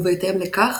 ובהתאם לכך